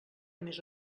més